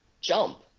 jump